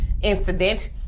incident